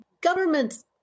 governments